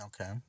Okay